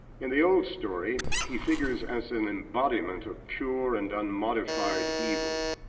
in the old story, he figures as an embodiment of pure and unmodified evil,